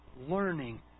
learning